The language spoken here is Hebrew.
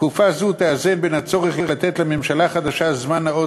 תקופה זו תאזן בין הצורך לתת לממשלה חדשה זמן נאות